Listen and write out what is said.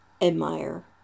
admire